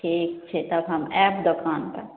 ठीक छै तखन आएब दोकान पर